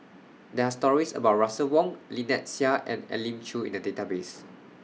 There Are stories about Russel Wong Lynnette Seah and Elim Chew in The Database